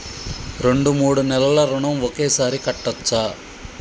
రెండు మూడు నెలల ఋణం ఒకేసారి కట్టచ్చా?